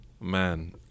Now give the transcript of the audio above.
man